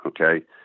Okay